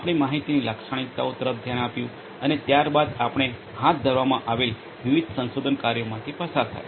આપણે માહિતીની લાક્ષણિકતાઓ તરફ ધ્યાન આપ્યું અને ત્યારબાદ આપણે હાથ ધરવામાં આવેલ વિવિધ સંશોધન કાર્યોમાંથી પસાર થયા